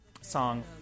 song